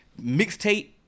mixtape